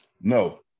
No